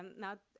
um not,